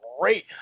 great